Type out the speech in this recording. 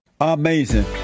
Amazing